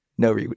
No